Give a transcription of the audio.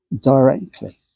directly